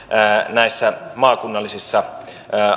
näissä maakunnallisissa